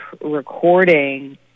recording